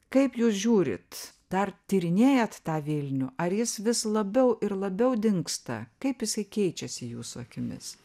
kaip jūs žiūrit dar tyrinėjat tą vilnių ar jis vis labiau ir labiau dingsta kaip jisai keičiasi jūsų akimis